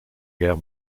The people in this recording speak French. guerre